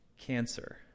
cancer